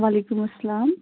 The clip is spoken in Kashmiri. وَعلیکُم اَسلام